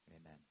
Amen